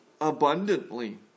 abundantly